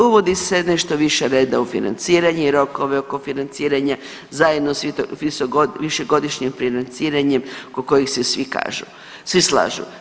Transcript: Uvodi se nešto više reda u financiranje i rokove oko financiranja zajedno sa višegodišnjim financiranjem oko kojih se svi kažu, svi slažu.